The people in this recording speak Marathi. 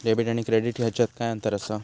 डेबिट आणि क्रेडिट ह्याच्यात काय अंतर असा?